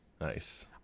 Nice